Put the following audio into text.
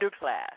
underclass